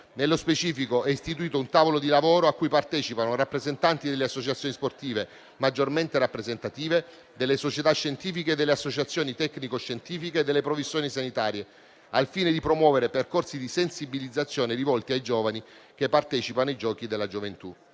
Nello specifico, è istituito un tavolo di lavoro a cui partecipano i rappresentanti delle associazioni sportive maggiormente rappresentative, delle società scientifiche, delle associazioni tecnico-scientifiche e delle professioni sanitarie, al fine di promuovere percorsi di sensibilizzazione rivolti ai giovani che partecipano ai Giochi della gioventù.